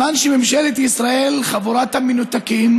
ממשלת ישראל, חבורת המנותקים,